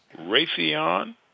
Raytheon